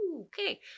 okay